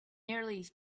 nearly